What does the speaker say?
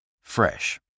Fresh